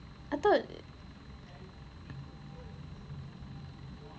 I thought